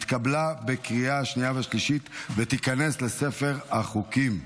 התקבלה בקריאה שנייה ושלישית ותיכנס לספר החוקים.